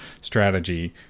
strategy